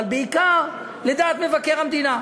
אבל בעיקר לדעת מבקר המדינה,